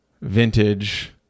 vintage